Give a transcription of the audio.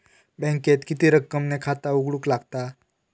बँकेत किती रक्कम ने खाता उघडूक लागता?